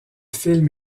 film